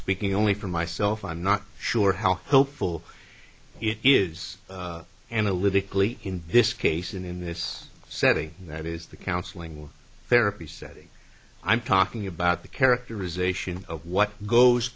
speaking only for myself i'm not sure how helpful it is analytically in this case in this setting that is the counseling or therapy said i'm talking about the characterization of what goes